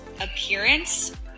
Appearance